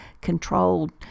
controlled